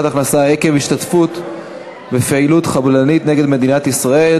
הכנסה עקב השתתפות בפעילות חבלנית נגד מדינת ישראל,